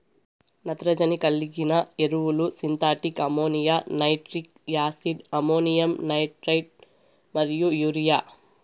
నత్రజని కలిగిన ఎరువులు synthetic ammonia, nitric acid, ammonium nitrate మరియు యూరియా